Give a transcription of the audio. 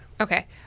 okay